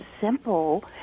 simple